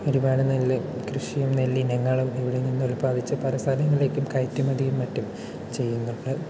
ഒരുപാട് നെല്ല് കൃഷിയും നെല്ലിനങ്ങളും ഇവിടെ നിന്നും ഉല്പാദിപ്പിച്ചു പല സ്ഥലങ്ങളിലേക്കും കയറ്റുമതിയും മറ്റും ചെയ്യുന്നുണ്ട്